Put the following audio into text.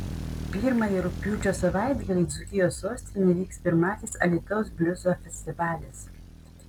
pirmąjį rugpjūčio savaitgalį dzūkijos sostinėje vyks pirmasis alytaus bliuzo festivalis